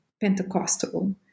Pentecostal